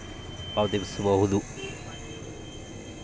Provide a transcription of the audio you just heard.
Loan ಕೊಟ್ಟ ಮೇಲೆ ನಾನು ಫೋನ್ ಮೂಲಕ ಪಾವತಿಸಬಹುದಾ?